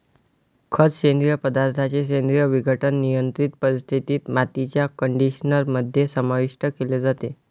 खत, सेंद्रिय पदार्थांचे सेंद्रिय विघटन, नियंत्रित परिस्थितीत, मातीच्या कंडिशनर मध्ये समाविष्ट केले जाते